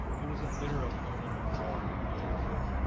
he was a bitter opponent of foreign alliances,